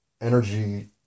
energy